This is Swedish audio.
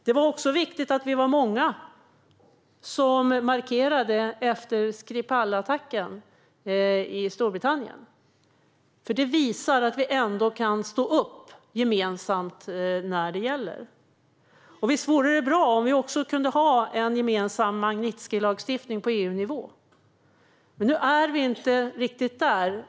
Det var också viktigt att vi var många som markerade efter Skripalattacken i Storbritannien. Detta visar att vi ändå kan stå upp gemensamt när det gäller. Visst vore det bra om vi också kunde ha en gemensam Magnitskijlagstiftning på EU-nivå, men nu är vi inte riktigt där.